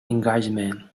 engagement